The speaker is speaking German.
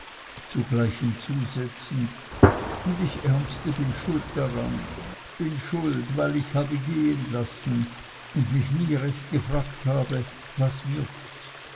zugleich hinzusetzend und ich ärmste bin schuld daran bin schuld weil ich's habe gehen lassen und mich nie recht gefragt habe was wird